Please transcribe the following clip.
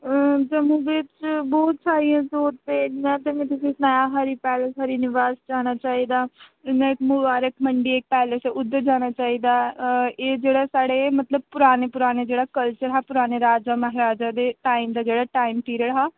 जम्मू बिच्च बोह्त सारियां इ'या मै तुसीं सनाया हरी पैलेस हरी निवास जाना चाहिदा इ'यां इक मुबारक मंडी इक पैलेस ऐ उद्धर जाना चाहिदा एह् जेह्ड़े साढ़े मतलब पुराने पुराने जेह्ड़ा कल्चर हा मतलब पराने राजा महाराजा दे टाइम दा जेह्ड़ा टाइम पीरियड हा